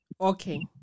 Okay